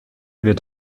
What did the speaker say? wird